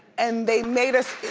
and they made us,